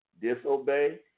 Disobey